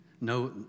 No